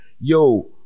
yo